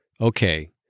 Okay